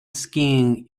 skiing